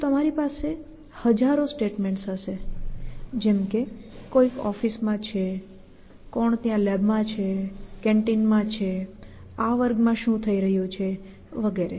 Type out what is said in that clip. તો તમારી પાસે હજારો સ્ટેટમેન્ટ્સ હશે જેમ કે કોઈક ઓફિસમાં છે કોણ ત્યાં લેબમાં છે કેન્ટિનમાં છે આ વર્ગમાં શું થઈ રહ્યું છે વગેરે